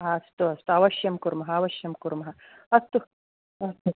अस्तु अस्तु अवश्यं कुर्मः अवश्यं कुर्मः अस्तु